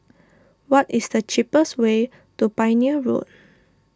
what is the cheapest way to Pioneer Road